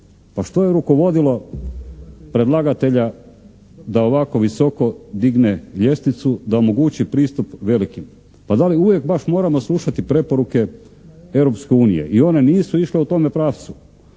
Pa što je rukovodilo predlagatelja da ovako visoko digne ljestvicu, da omogući pristup velikima? Pa da li uvijek baš moramo slušati preporuke Europske unije? I one nisu išle u tome pravcu.